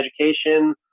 education